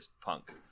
punk